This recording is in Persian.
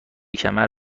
کمر